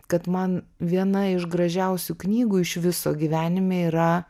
kad man viena iš gražiausių knygų iš viso gyvenime yra